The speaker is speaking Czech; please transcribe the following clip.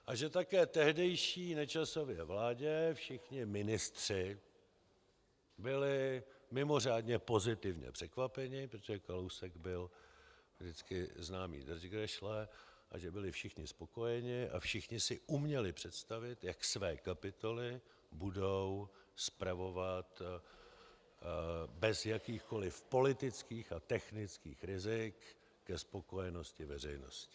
A že také v tehdejší Nečasově vládě všichni ministři byli mimořádně pozitivně překvapeni, protože Kalousek byl vždycky známý držgrešle, takže byli všichni spokojeni a všichni si uměli představit, jak své kapitoly budou spravovat bez jakýchkoliv politických a technických rizik ke spokojenosti veřejnosti.